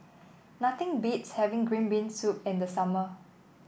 nothing beats having Green Bean Soup in the summer